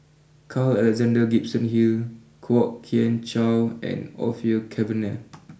Carl Alexander Gibson Hill Kwok Kian Chow and Orfeur Cavenagh